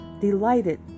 Delighted